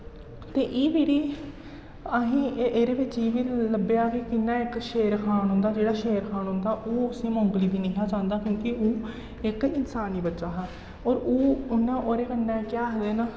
ते एह् मेरी असेंगी एह्दे बिच्च एह् लब्भेआ के कि'यां इक शेर खान होंदा जेह्ड़े शेर खान होंदा ओह् उसी मोंगली गी नेईं हा चांह्दा क्योंकि ओह् इक इंसानी बच्चा हा होर ओह् उ'नें ओह्दे कन्नै केह् आखदे न